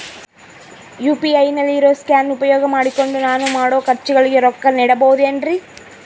UPI ನಲ್ಲಿ ಇರೋ scan ಉಪಯೋಗ ಮಾಡಿಕೊಂಡು ನಾನು ಮಾಡೋ ಖರ್ಚುಗಳಿಗೆ ರೊಕ್ಕ ನೇಡಬಹುದೇನ್ರಿ?